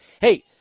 Hey